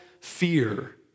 fear